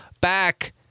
back